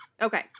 Okay